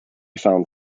found